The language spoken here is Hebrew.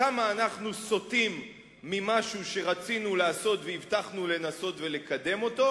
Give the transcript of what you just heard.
כמה אנחנו סוטים ממשהו שרצינו לעשות והבטחנו לנסות ולקדם אותו,